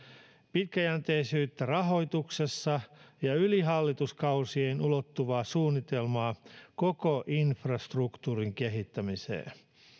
pitkäjänteisyyttä rahoituksessa ja yli hallituskausien ulottuvaa suunnitelmaa koko infrastruktuurin kehittämiseen